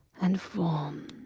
and warm.